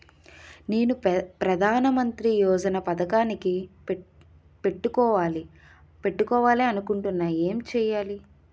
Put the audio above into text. నేను ప్రధానమంత్రి యోజన పథకానికి పెట్టుకోవాలి అనుకుంటున్నా ఎలా?